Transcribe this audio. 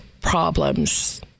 problems